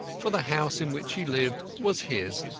for the house in which he lived was his,